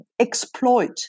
exploit